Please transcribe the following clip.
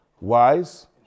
Wise